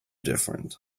different